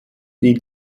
die